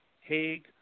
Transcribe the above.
Haig